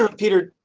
ah peter,